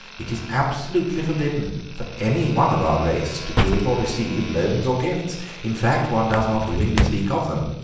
it is absolutely forbidden for anyone of our race to give or receive loans or gifts in fact, one does not willingly speak of them.